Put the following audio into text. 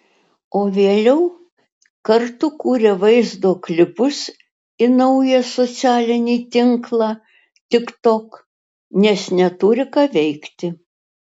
o vėliau kartu kuria vaizdo klipus į naują socialinį tinklą tiktok nes neturi ką veikti